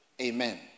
amen